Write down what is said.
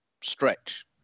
stretch